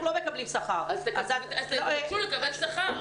אנחנו לא מקבלים שכר --- אז תבקשו לקבל שכר,